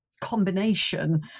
combination